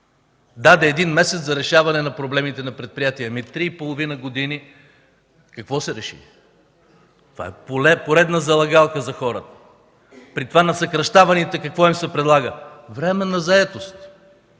Даде един месец за решаване на проблемите на предприятието. За три и половина години какво се реши? Това е поредна залъгалка за хората. При това на съкращаваните какво им се предлага? Временна заетост.